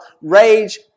rage